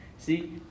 See